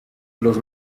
los